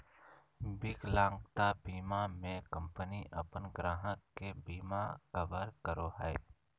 विकलांगता बीमा में कंपनी अपन ग्राहक के बिमा कवर करो हइ